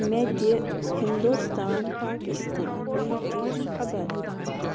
مےٚ دِ ہندوستان پاکستان میچِچ خبر